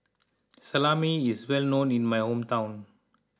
Salami is well known in my hometown